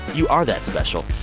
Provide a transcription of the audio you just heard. you are that special.